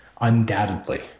undoubtedly